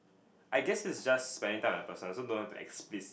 I guess it's just spending time with that person so don't have to be explicit